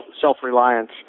self-reliance